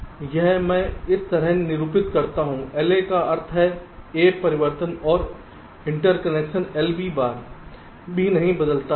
यह मैं इस तरह निरूपित करता हूं LA का अर्थ है A परिवर्तन और इंटरसेक्शन LB बार B नहीं बदलता है